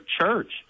church